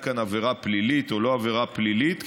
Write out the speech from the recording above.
כאן עבירה פלילית או לא עבירה פלילית,